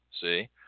See